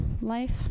life